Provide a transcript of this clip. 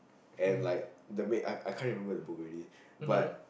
and like the way I can't remember the book already but